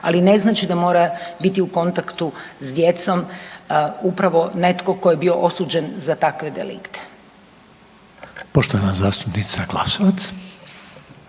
ali ne znači da mora biti u kontaktu s djecom upravo netko tko je bio osuđen za takve delikte. **Reiner, Željko